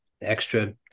extra